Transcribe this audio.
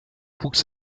wuchs